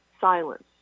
Silence